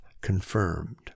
confirmed